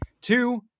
Two